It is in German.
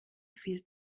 viel